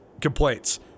complaints